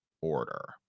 order